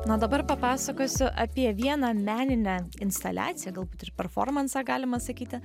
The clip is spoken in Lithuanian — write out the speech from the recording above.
na o dabar papasakosiu apie vieną meninę instaliaciją galbūt ir performansą galima sakyti